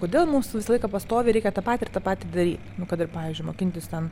kodėl mums visą laik pastoviai reikia tą patį ir tą patį daryt kad ir pavyzdžiui mokintis ten